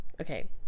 okay